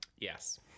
yes